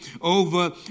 over